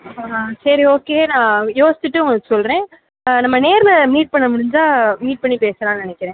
ஆ சரி ஓகே நான் யோசிச்சுவிட்டு உங்களுக்கு சொல்லுறேன் நம்ம நேரில் மீட் பண்ண முடிஞ்சால் மீட் பண்ணி பேசலான்னு நினைக்கிறேன்